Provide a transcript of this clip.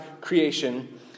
creation